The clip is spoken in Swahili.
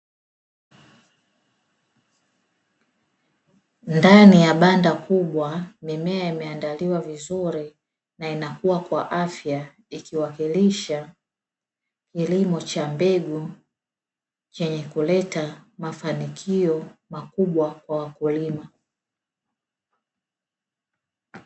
Ndani ya banda kubwa mimea imeandaliwa vizuri, na inakuwa kwa afya ikiwakilisha kilimo cha mbegu chenye kuleta mafanikio makubwa kwa wakulima